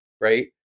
right